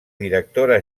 directora